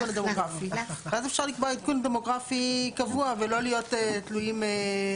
הדמוגרפי ואז אפשר לקבוע עדכון דמוגרפי קבוע ולא להיות תלויים.